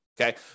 okay